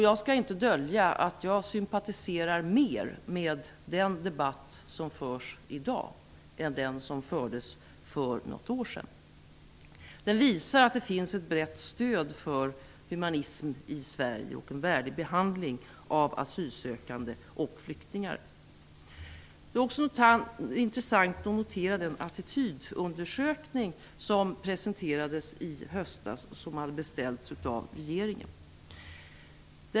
Jag skall inte dölja att jag sympatiserar mer med den debatt som förs i dag än den som fördes för något år sedan. Den visar att det finns ett brett stöd för humanism i Sverige och en värdig behandling av asylsökande och flyktingar. Det är också intressant att notera den attitydundersökning som presenterades i höstas. Den hade beställts av regeringen.